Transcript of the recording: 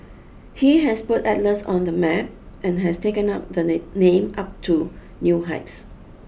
he has put Atlas on the map and has taken up the name up to new heights